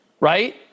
right